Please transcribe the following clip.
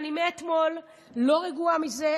מאתמול אני לא רגועה מזה.